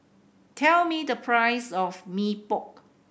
tell me the price of Mee Pok